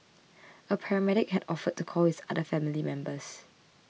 a paramedic had offered to call his other family members